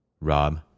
Rob